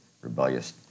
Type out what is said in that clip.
rebellious